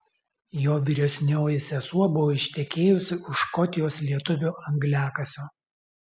jo vyresnioji sesuo buvo ištekėjusi už škotijos lietuvio angliakasio